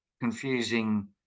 confusing